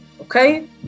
okay